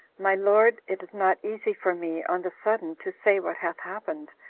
my lord, it is not easy for me, on the sudden, to say what hath happened,